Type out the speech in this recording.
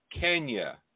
Kenya